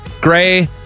Gray